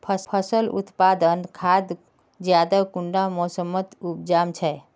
फसल उत्पादन खाद ज्यादा कुंडा मोसमोत उपजाम छै?